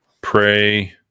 Pray